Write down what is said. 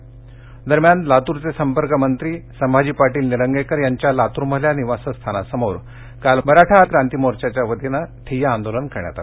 लातूर दरम्यान लातूरचे संपर्क मंत्री संभाजी पाटील निलंगेकर यांच्या लातूरमधल्या निवासस्थानासमोर काल मराठा क्रांती मोर्चांच्या वतीनं ठिय्या आंदोलन करण्यात आलं